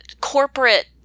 corporate